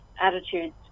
attitudes